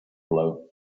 blow